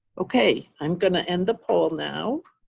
okay. i'm going to end the poll now,